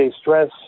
Stress